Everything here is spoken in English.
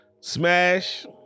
Smash